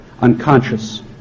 unconscious